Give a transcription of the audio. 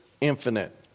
infinite